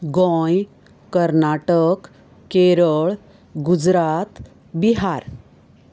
Goa Karnataka Kerala Gujarat Bihar